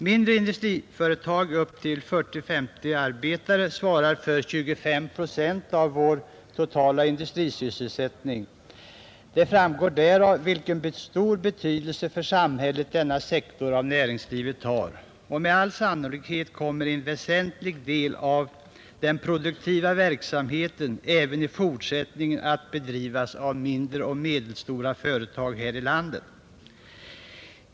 Mindre industriföretag på upp till 40—50 arbetare svarar för 25 procent av vår totala industrisysselsättning. Det framgår därav vilken pstor betydelse för samhället denna sektor av näringslivet har. Och med all sannolikhet kommer en väsentlig del av den produktiva verksamheten även i fortsättningen att bedrivas av mindre och medelstora företag här i landet.